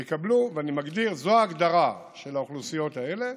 יקבלו, אני מגדיר, זו ההגדרה של האוכלוסיות האלה,